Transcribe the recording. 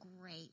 great